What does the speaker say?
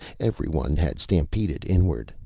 everyone had stampeded inward,